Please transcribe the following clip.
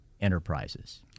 Enterprises